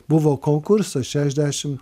buvo konkursas šešiasdešim